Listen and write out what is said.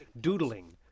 doodling